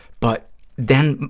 but then,